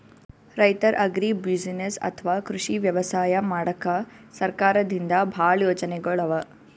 ರೈತರ್ ಅಗ್ರಿಬುಸಿನೆಸ್ಸ್ ಅಥವಾ ಕೃಷಿ ವ್ಯವಸಾಯ ಮಾಡಕ್ಕಾ ಸರ್ಕಾರದಿಂದಾ ಭಾಳ್ ಯೋಜನೆಗೊಳ್ ಅವಾ